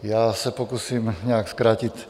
Já se pokusím nějak zkrátit.